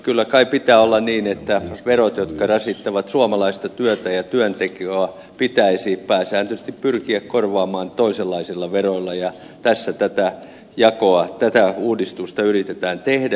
kyllä kai pitää olla niin että verot jotka rasittavat suomalaista työtä ja työntekoa pitäisi pääsääntöisesti pyrkiä korvaamaan toisenlaisilla veroilla ja tässä tätä jakoa tätä uudistusta yritetään tehdä